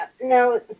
No